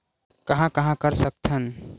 कहां कहां कर सकथन?